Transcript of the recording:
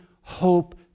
hope